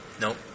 Nope